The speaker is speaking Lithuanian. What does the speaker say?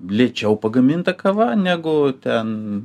lėčiau pagaminta kava negu ten